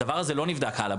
הדבר הזה לא נבדק הלאה.